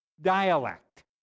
dialect